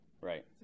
Right